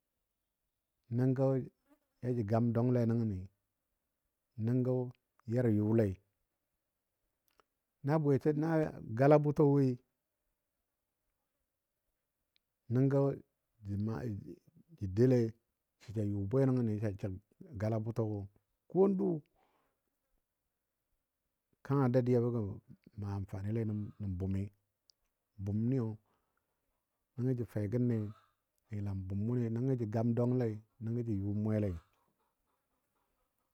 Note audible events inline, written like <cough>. Nəngɔ, <noise> ya jə gam dwangle nəngəni, nəngɔ yarɔ yʊlei na bwesən na gala bʊtɔ woi. nəngɔ ja maa jə doulei, sə ja yʊ bwe nən sa jəg gala bʊtɔgɔ ko dʊʊ kanga dadiyabo gə maa amfaninle nə bʊmi. Bʊmniyoi nəngɔ jə fegənne a yəlam bʊm wʊni nəngɔ jə gam dwanglei <noise> nəngɔ jə yʊm mwelei <noise>